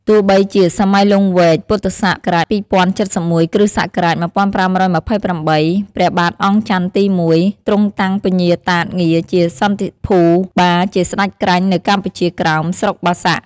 ទោះបីជា សម័យលង្វែក ព.ស ២០៧១ គ.ស ១៥២៨ ព្រះបាទអង្គចន្ទទី១ ទ្រង់តាំងពញាតាតងារជាស្និទ្ធិភូបា ជាស្តេចក្រាញ់នៅកម្ពុជាក្រោម ស្រុក បាសាក់។